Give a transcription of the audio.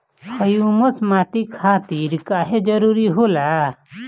Humus माटी खातिर काहे जरूरी होला?